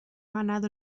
ganado